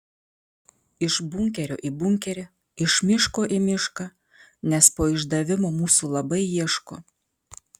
iš bunkerio į bunkerį iš miško į mišką nes po išdavimo mūsų labai ieško